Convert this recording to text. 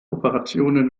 operationen